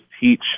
teach